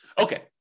Okay